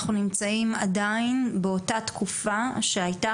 אנחנו נמצאים עדיין באותה תקופה שהייתה